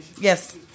Yes